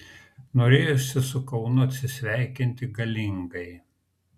norėjosi su kaunu atsisveikinti galingai